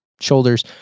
shoulders